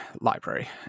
library